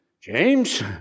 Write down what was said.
James